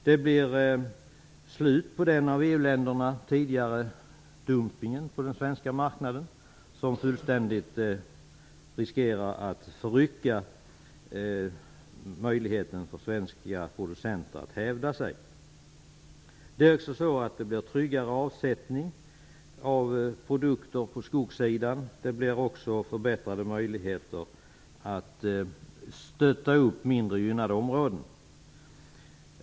Det blir slut på EU ländernas dumping på den svenska marknaden som fullständigt riskerar att förrycka möjligheten för svenska producenter att hävda sig. Det blir också tryggare avsättning av produkter på skogssidan, och det blir förbättrade möjligheter att stötta upp mindre gynnade områden.